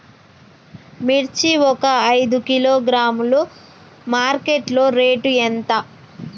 మిర్చి ఒక ఐదు కిలోగ్రాముల మార్కెట్ లో రేటు ఎంత?